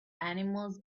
animals